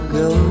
go